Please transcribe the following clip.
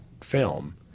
film